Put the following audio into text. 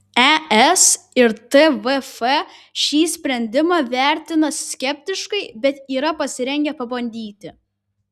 es ir tvf šį sprendimą vertina skeptiškai bet yra pasirengę pabandyti